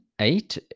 eight